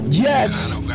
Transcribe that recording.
Yes